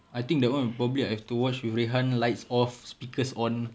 I think that [one] will I probably will have to watch with rehan lights off speakers on